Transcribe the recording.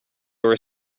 were